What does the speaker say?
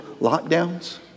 lockdowns